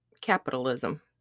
capitalism